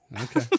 Okay